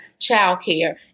childcare